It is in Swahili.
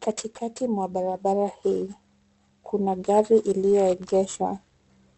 Katika mwa barabara hii, kuna gari lililoegeshwa